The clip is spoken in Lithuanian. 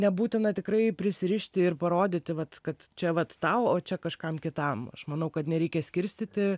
nebūtina tikrai prisirišti ir parodyti vat kad čia vat tau o čia kažkam kitam aš manau kad nereikia skirstyti